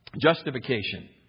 Justification